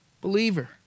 Believer